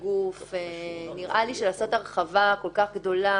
זה קשה לעשות הרחבה כל כך גדולה